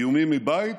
איומים מבית